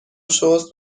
شست